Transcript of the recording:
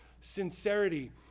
sincerity